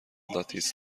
لاتیس